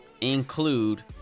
include